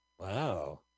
Wow